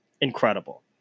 incredible